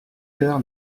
cœur